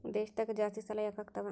ದೇಶದಾಗ ಜಾಸ್ತಿಸಾಲಾ ಯಾಕಾಗ್ತಾವ?